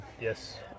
yes